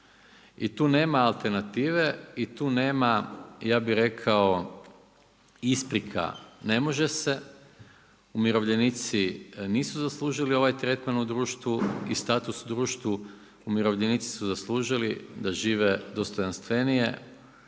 I tu nema alternative i tu nema, ja bi rekao isprika ne može se, umirovljenici nisu zaslužili ovaj tretman u društvu i status u društvu, umirovljenici su zaslužili da žive dostojanstvenije,